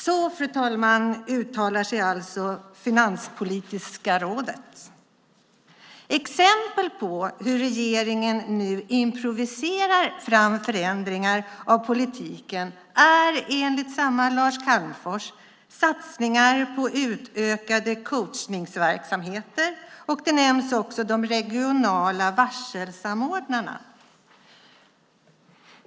Så, fru talman, uttalar sig alltså Finanspolitiska rådet. Exempel på hur regeringen nu improviserar fram förändringar av politiken är, enligt samma Lars Calmfors, satsningar på utökade coachningsverksamheter. De regionala varselsamordnarna nämns också.